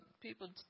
people